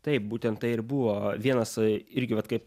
taip būtent tai ir buvo vienas irgi vat kaip